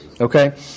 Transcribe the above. Okay